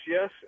yes